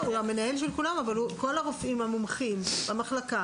הוא המנהל של כולם אבל כל הרופאים המומחים במחלקה